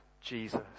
Jesus